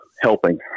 helping